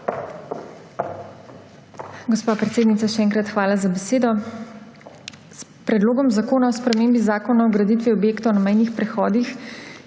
Gospa predsednica, še enkrat hvala za besedo. S Predlogom zakona o spremembi Zakona o graditvi objektov na mejnih prehodih,